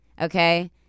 Okay